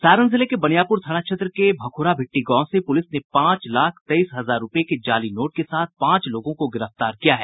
सारण जिले के बनियापुर थाना क्षेत्र के भखुरा भिट्टी गांव से पुलिस ने पांच लाख तेईस हजार रूपये के जाली नोट के साथ पांच लोगों को गिरफ्तार किया है